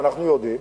ואנחנו יודעים,